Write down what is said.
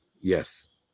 Yes